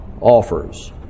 offers